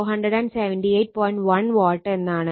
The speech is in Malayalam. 1 Watt എന്നാണ്